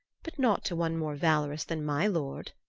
but not to one more valorous than my lord,